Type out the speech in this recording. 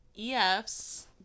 EF's